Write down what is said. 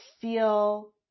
feel